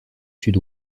sud